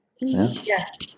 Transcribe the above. Yes